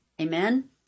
Amen